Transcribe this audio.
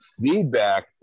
feedback